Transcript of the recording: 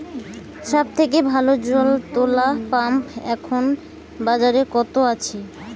সব থেকে ভালো জল তোলা পাম্প এখন বাজারে কত আছে?